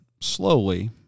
slowly